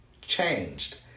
changed